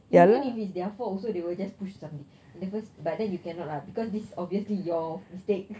even if it's their fault also they will just push to somebody cause but then you cannot lah because this is obviously your mistake